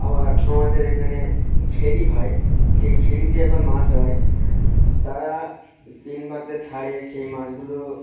আবার আমাদের এখানে ঘেরি হয় সেই ঘেরিতে আবার মাছ হয় তারা বাগদা ছাড়ে সেই মাছগুলো